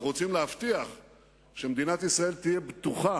אנחנו רוצים להבטיח שמדינת ישראל תהיה בטוחה.